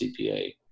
CPA